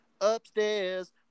upstairs